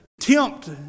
tempt